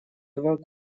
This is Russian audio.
два